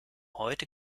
heute